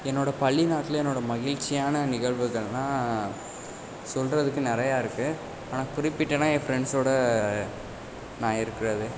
என்னோடய பள்ளி நாட்களில் என்னோடய மகிழ்ச்சியான நிகழ்வுகள்னால் சொல்றதுக்கு நிறையா இருக்குது ஆனால் குறிப்பிட்டேனா என் ஃப்ரெண்ட்ஸோடு நான் இருக்கிறது